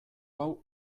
hau